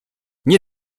nie